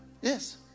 Yes